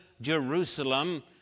Jerusalem